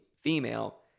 female